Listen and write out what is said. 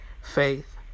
faith